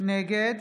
נגד